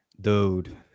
dude